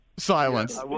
Silence